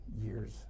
years